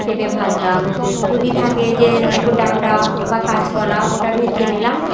পেঁপে ভাজলাম যদি থাকে যে একটু ডাঁটা বা কাঁচকলা ওটা ভেজে নিলাম